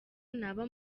naba